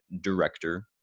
director